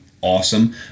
Awesome